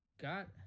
got